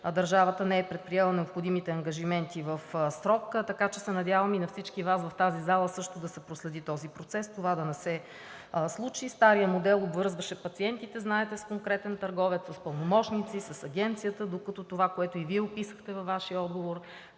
държавата не е предприела необходимите ангажименти в срок. Така че се надявам и на всички Вас, в тази зала, също да се проследи този процес, това да не се случи. Старият модел обвързваше пациентите, знаете, с конкретен търговец, с пълномощници, с Агенцията. Докато това, което и Вие описахте във Вашия отговор,